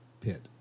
pit